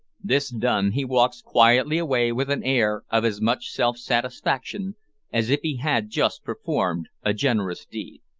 this done, he walks quietly away with an air of as much self-satisfaction as if he had just performed a generous deed.